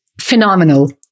phenomenal